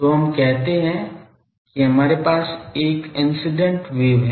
तो हम कहते हैं कि हमारे पास एक इंसिडेंट वेव है